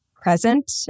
present